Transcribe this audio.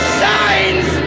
signs